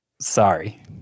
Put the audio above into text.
Sorry